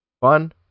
fun